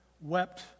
wept